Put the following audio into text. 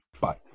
Bye